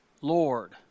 Lord